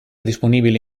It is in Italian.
disponibile